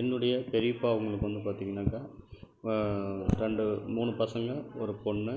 என்னுடைய பெரிப்பா அவங்களுக்கு வந்து பார்த்தீங்கன்னாக்கா ரெண்டு மூணு பசங்க ஒரு பொண்ணு